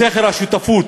בסכר השותפות,